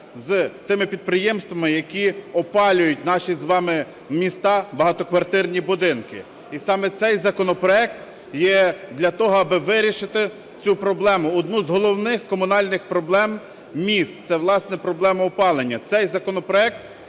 з тими підприємствами, які опалюють наші з вами міста, багатоквартирні будинки. І саме цей законопроект є для того, аби вирішити цю проблему, одну з головних комунальних проблем міст – це власне проблему опалення. Цей законопроект